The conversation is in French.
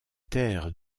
terres